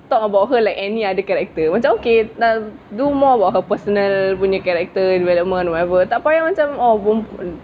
talk about her like any other character macam okay macam do more about her personal punya character development whatever orh tak payah macam